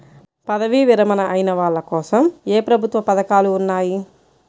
పదవీ విరమణ అయిన వాళ్లకోసం ఏ ప్రభుత్వ పథకాలు ఉన్నాయి?